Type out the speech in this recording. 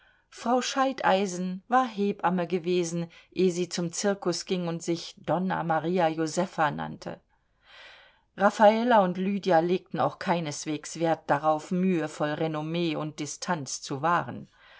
frau scheideisen war hebamme gewesen eh sie zum zirkus ging und sich donna maria josefa nannte raffala und lydia legten auch keineswegs wert darauf mühevoll renommee und distanz zu wahren